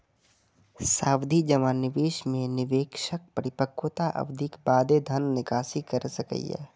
सावधि जमा निवेश मे निवेशक परिपक्वता अवधिक बादे धन निकासी कैर सकैए